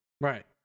Right